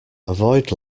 avoid